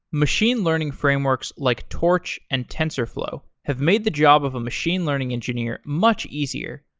machine learning frameworks like torch and tensorflow have made the job of a machine learning engineer much easier.